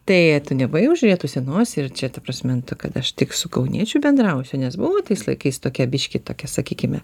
tai tu nebuvai užrietusi nosį ir čia ta prasme nu tu kad aš tik su kauniečiu bendrausiu nes buvo tais laikais tokia biškį tokia sakykime